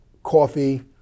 coffee